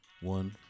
one